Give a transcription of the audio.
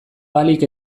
ahalik